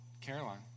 Caroline